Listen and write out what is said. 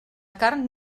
carn